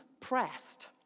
pressed